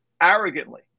arrogantly